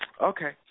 Okay